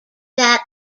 that